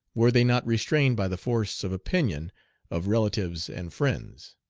were they not restrained by the force of opinion of relatives and friends.